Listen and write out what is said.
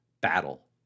battle